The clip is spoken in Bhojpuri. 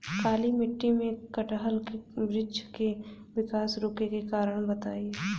काली मिट्टी में कटहल के बृच्छ के विकास रुके के कारण बताई?